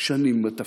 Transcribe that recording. שנים בתפקיד.